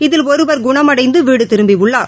இதில் ஒருவர் குணமடைந்துவிடுதிரும்பியுள்ளார்